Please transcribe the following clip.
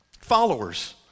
Followers